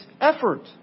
effort